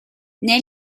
nel